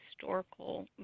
historical